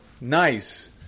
Nice